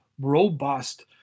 robust